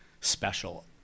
special